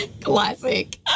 Classic